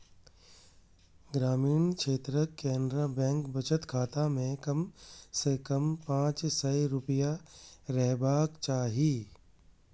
ग्रामीण क्षेत्रक केनरा बैंक बचत खाता मे कम सं कम पांच सय रुपैया रहबाक चाही